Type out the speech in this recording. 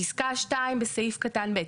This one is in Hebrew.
פסקה 2 בסעיף קטן (ב),